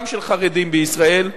גם של חרדים בישראל.